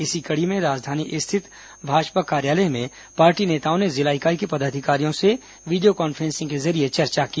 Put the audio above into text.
इसी कड़ी में आज राजधानी स्थित भाजपा कार्यालय में पार्टी नेताओं ने जिला इकाई के पदाधिकारियों से वीडियो कॉन्फ्रेंसिंग के जरिये चर्चा की